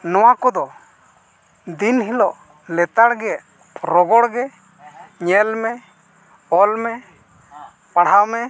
ᱱᱚᱣᱟ ᱠᱚᱫᱚ ᱫᱤᱱ ᱦᱤᱞᱳᱜ ᱞᱮᱛᱟᱲ ᱜᱮ ᱨᱚᱜᱚᱲ ᱜᱮ ᱧᱮᱞ ᱢᱮ ᱚᱞ ᱢᱮ ᱯᱟᱲᱦᱟᱣ ᱢᱮ